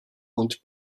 und